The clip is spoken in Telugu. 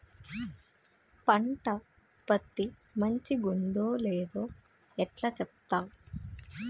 పంట ఉత్పత్తి మంచిగుందో లేదో ఎట్లా చెప్తవ్?